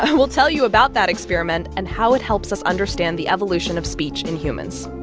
and we'll tell you about that experiment and how it helps us understand the evolution of speech in humans